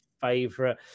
favorite